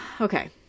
okay